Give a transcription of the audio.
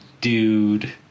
dude